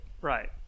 Right